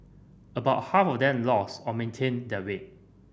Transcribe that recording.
about half of them lost or maintained their weight